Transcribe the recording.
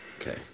Okay